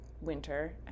winter